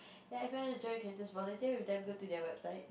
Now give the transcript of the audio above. ya if you want to join you can just volunteer with them go to their website